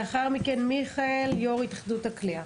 לאחר מכן מיכאל, יו"ר התאחדות הקליעה.